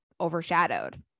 overshadowed